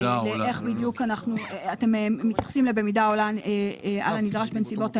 איך בדיוק אתם מתייחסים ל'במידה העולה על הנדרש בנסיבות העניין',